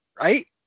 right